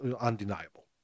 undeniable